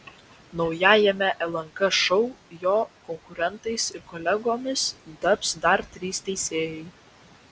naujajame lnk šou jo konkurentais ir kolegomis taps dar trys teisėjai